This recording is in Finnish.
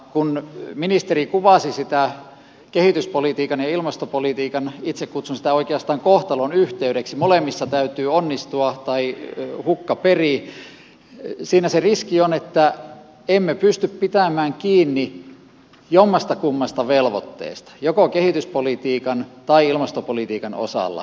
kun ministeri kuvasi sitä kehityspolitiikan ja ilmastopolitiikan yhteyttä itse kutsun sitä oikeastaan kohtalonyhteydeksi molemmissa täytyy onnistua tai hukka perii siinä on se riski että emme pysty pitämään kiinni jommastakummasta velvoitteesta joko kehityspolitiikan tai ilmastopolitiikan osalta